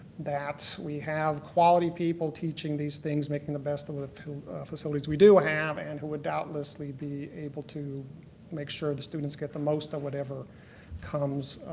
that we have quality people teaching these things, making the best of of the facilities we do have, and who would doubtlessly be able to make sure the students get the most of whatever comes